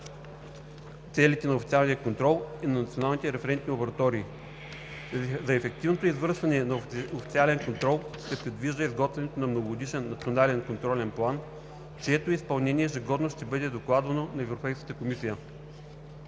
целите на официалния контрол и на националните референтни лаборатории. За ефективното извършване на официален контрол се предвижда изготвянето на Многогодишен национален контролен план, чието изпълнение ежегодно ще бъде докладвано на Европейската комисия.